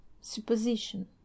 supposition